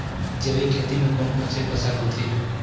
जैविक खेती म कोन कोन से फसल होथे?